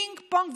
פינג-פונג,